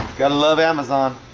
gotta love amazon